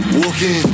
walking